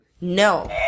No